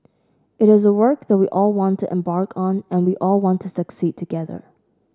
it is a work that we all want to embark on and we all want to succeed together